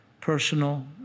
personal